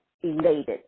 elated